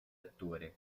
attore